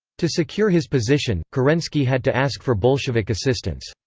to secure his position, kerensky had to ask for bolshevik assistance.